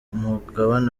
mugabane